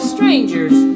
Strangers